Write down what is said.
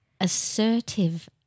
Assertive